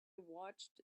watched